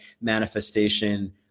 manifestation